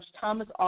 Thomas